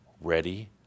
ready